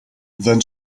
then